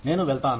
నేను వెళ్తాను